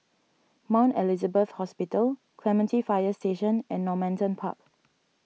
Mount Elizabeth Hospital Clementi Fire Station and Normanton Park